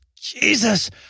Jesus